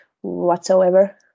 whatsoever